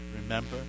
remember